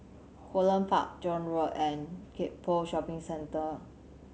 Holland Park John Road and Gek Poh Shopping Centre